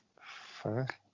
Fuck